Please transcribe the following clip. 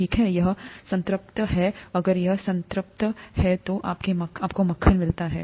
ठीक है यह संतृप्त है अगर यह संतृप्त है तो आपको मक्खन मिलता है